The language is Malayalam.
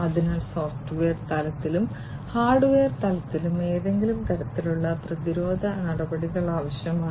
അതിനാൽ സോഫ്റ്റ്വെയർ തലത്തിലും ഹാർഡ്വെയർ തലത്തിലും ഏതെങ്കിലും തരത്തിലുള്ള പ്രതിരോധ നടപടികൾ ആവശ്യമാണ്